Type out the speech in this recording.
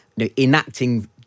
enacting